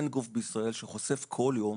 אין גוף בישראל שחושף כל יום,